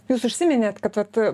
jūs užsiminėte kad